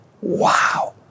Wow